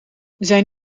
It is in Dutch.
zijn